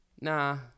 nah